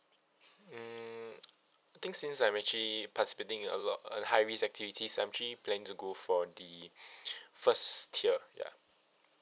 mm I think since I'm actually participating in a lot of high risk activities I actually plan to go for the first tier ya